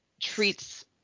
treats